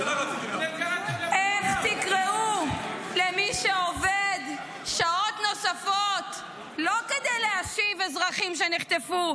--- איך תקראו למי שעובד שעות נוספות לא כדי להשיב אזרחים שנחטפו,